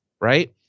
right